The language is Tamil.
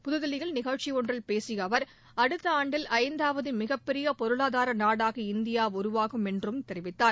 புதுதில்லியில் நிகழ்ச்சி ஒன்றில் பேசிய அவர் அடுத்த ஆண்டில் ஐந்தாவது மிகப்பெரிய பொருளாதார நாடாக இந்தியா உருவாகும் என்றும் தெரிவித்தார்